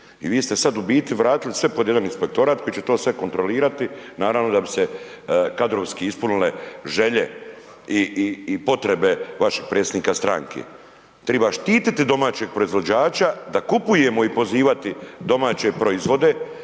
I vi ste sad u biti vratili pod jedan inspektorat koji će to sve kontrolirati, naravno, da bi se kadrovski ispunile želje i potrebe vašeg predsjednika stranke. Treba štititi domaćeg proizvođača da kupujemo i pozivati domaće proizvode,